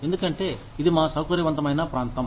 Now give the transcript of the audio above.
ఎందుకంటే ఇది మా సౌకర్యవంతమైన ప్రాంతం